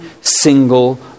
single